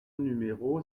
numéro